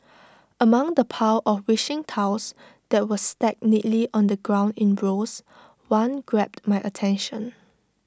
among the pile of wishing tiles that were stacked neatly on the ground in rows one grabbed my attention